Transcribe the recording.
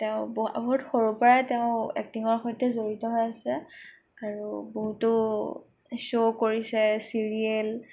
তেওঁ বহ বহুত সৰুৰপৰাই তেওঁ এক্টিঙৰ সৈতে জড়িত হৈ আছে আৰু বহুতো শ্ব' কৰিছে চিৰিয়েল